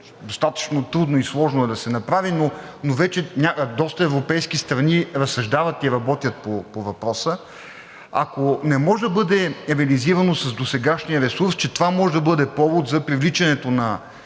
достатъчно трудно и сложно да се направи, но вече доста европейски страни разсъждават и работят по въпроса – ако не може да бъде реализирано с досегашния ресурс, че това може да бъде повод за привличането на